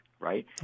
Right